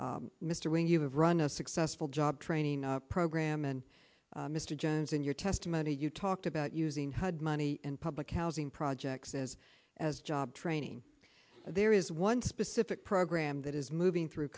number mr when you have run a successful job training program and mr johns in your testimony you talked about using hud money and public housing projects as as job training there is one specific program that is moving through